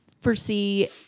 foresee